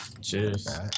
Cheers